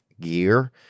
gear